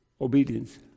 obedience